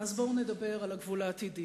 אז בואו נדבר על הגבול העתידי,